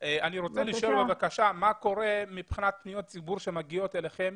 מה קורה מבחינת פניות ציבור שמגיעות אליכם?